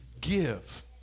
give